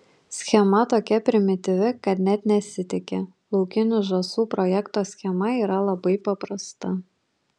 schema tokia primityvi kad net nesitiki laukinių žąsų projekto schema yra labai paprasta